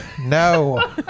No